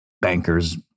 bankers